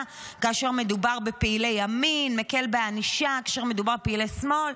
כאשר מדובר בפעילי ימין ומקל בענישה כאשר מדובר בפעילי שמאל".